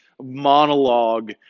monologue